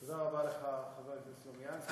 תודה רבה לך, חבר הכנסת סלומינסקי.